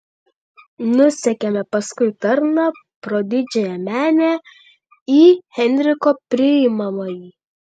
nusekėme paskui tarną pro didžiąją menę į henriko priimamąjį